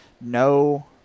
no